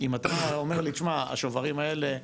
אם אתה אומר לי תשמע, השוברים האלה,